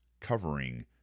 Covering